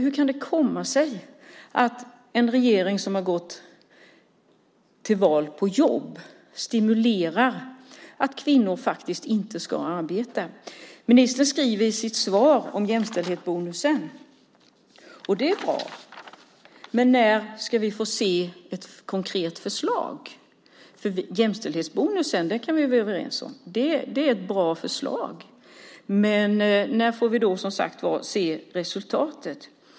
Hur kan det komma sig att en regering som har gått till val på fler jobb vill stimulera att kvinnor inte arbetar? Ministern skriver i sitt svar om jämställdhetsbonusen, och det är bra. Men när ska vi få se ett konkret förslag? Vi kan vara överens om att jämställdhetsbonusen är ett bra förslag, men när får vi se resultatet?